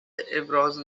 ابراز